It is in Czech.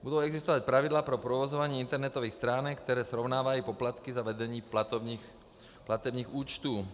Budou existovat pravidla pro provozování internetových stránek, které srovnávají poplatky za vedení platebních účtů.